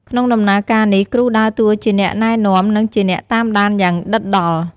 ក្នុងដំណើរការនេះ គ្រូដើរតួជាអ្នកណែនាំ និងជាអ្នកតាមដានយ៉ាងដិតដល់។